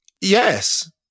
Yes